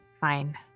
Fine